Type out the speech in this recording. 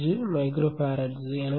95 micro forests